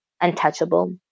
untouchable